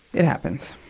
it happens.